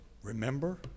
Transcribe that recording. Remember